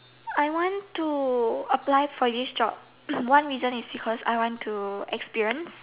I want to apply for this job one reason is because I want to experience